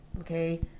okay